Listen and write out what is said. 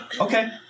Okay